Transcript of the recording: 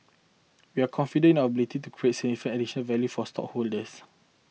we are confident in our ability to create significant additional value for our stockholders